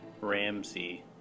Ramsey